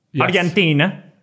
Argentina